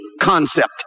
concept